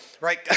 right